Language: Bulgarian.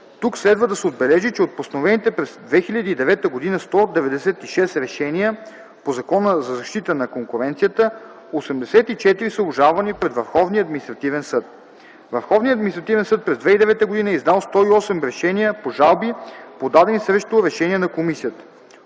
Тук следва да се отбележи, че от постановените през 2009 г. 196 решения по Закона за защита на конкуренцията, 84 са обжалвани пред Върховния административен съд. Върховният административен съд през 2009 г. е издал 108 решения по жалби, подадени срещу решения на Комисията.